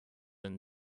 and